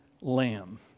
lamb